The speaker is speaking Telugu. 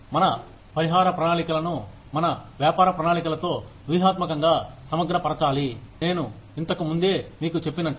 మన పరిహార ప్రణాళికలను మన వ్యాపార ప్రణాళికలతో వ్యూహాత్మకంగా సమగ్ర పరచాలి నేను ఇంతకు ముందే మీకు చెప్పినట్లు